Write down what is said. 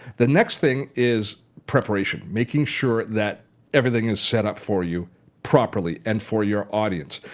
the next thing is preparation, making sure that everything is set up for you properly and for your audience.